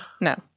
no